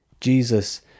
Jesus